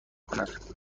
کند